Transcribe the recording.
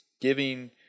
giving